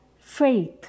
faith